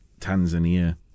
Tanzania